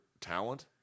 talent